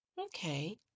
Okay